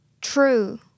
True